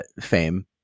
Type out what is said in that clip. fame